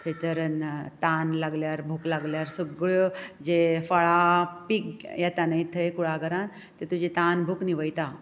थंयसर तान लागल्यार भूक लागल्यार सगळ्यो जे फळां पीक येता न्हंय थंय कुळाघरांत ते तुजें तान भूक न्हिवयता